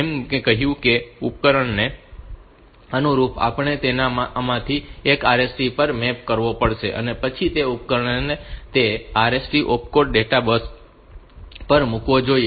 જેમ મેં કહ્યું છે કે ઉપકરણને અનુરૂપ આપણે તેને આમાંથી એક RST પર મેપ કરવો પડશે અને પછી તે ઉપકરણે તે RST ઓપકોડ ડેટા બસ પર મૂકવો જોઈએ